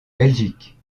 belgique